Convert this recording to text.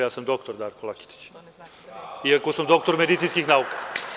Ja sam doktor Darko Laketić, iako sam doktor medicinskih nauka.